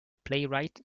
playwright